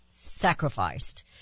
sacrificed